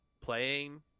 playing